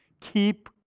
Keep